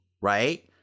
right